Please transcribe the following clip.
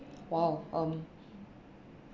!wow! um